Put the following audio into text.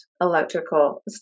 electrical